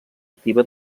activa